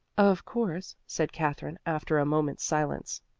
of course, said katherine after a moment's silence,